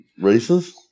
races